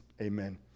Amen